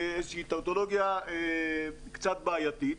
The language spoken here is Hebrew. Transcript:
זה איזושהי טאוטולוגיה שהיא קצת בעייתית.